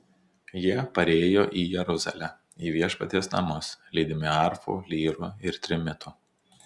jie parėjo į jeruzalę į viešpaties namus lydimi arfų lyrų ir trimitų